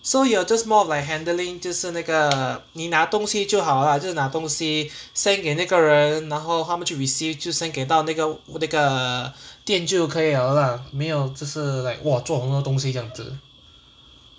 so you're just more of like handling 就是那个你拿东西就好 lah 就是拿东西 send 给那个人然后他们去 receive 就 send 给到那个那个店就可以 liao lah 没有就是 like !wah! 做什么东西这样子